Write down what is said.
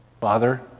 Father